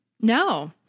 No